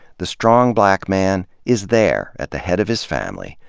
the strong black man is there at the head of his family,